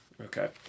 Okay